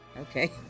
okay